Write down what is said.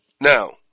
Now